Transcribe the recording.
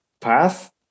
path